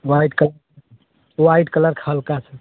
white colour white colour का हल्का सा